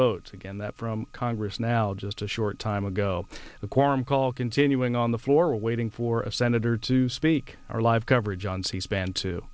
vote again that from congress now just a short time ago a quorum call continuing on the floor waiting for a senator to speak our live coverage on c span to